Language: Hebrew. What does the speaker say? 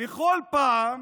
בכל פעם